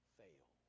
fail